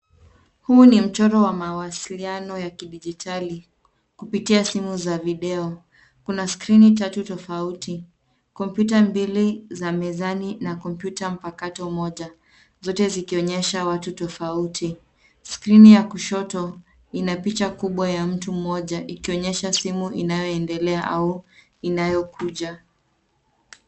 Huu ni mchoro wa mawasiliano ya kidijitali kupitia simu za video. Kuna skrini tatu tofauti, kompyuta mbili za mezani na kompyuta mpakato moja zote zikionyesha watu tofauti. Skrini ya kushoto ina picha kubwa ya mtu mmoja ikionyesha simu inayoendelea au inayokuja.